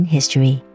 History